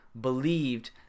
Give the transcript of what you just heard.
believed